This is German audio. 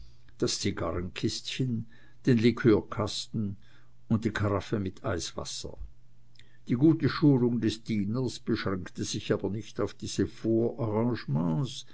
das zigarrenkistchen den liqueurkasten und die karaffe mit eiswasser die gute schulung des dieners beschränkte sich aber nicht auf diese